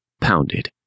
pounded